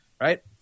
right